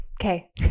Okay